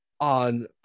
on